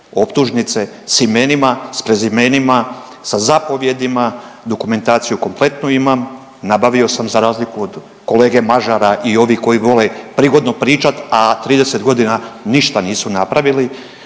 optužnice s imenima, s prezimenima, sa zapovijedima, dokumentaciju kompletnu imam, nabavio sam za razliku od kolege Mažara i ovih koji vole prigodno pričat, a 30.g. ništa nisu napravili,